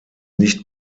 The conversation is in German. nicht